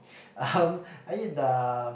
um I eat the